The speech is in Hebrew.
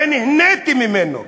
הרי נהניתי ממנו.